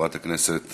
חברת הכנסת